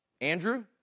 Andrew